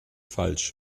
falsch